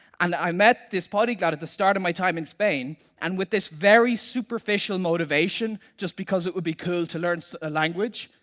and i met this polyglot at the start of my time in spain and with this very superficial motivation, just because it will be cool to learn so a language,